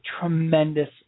tremendous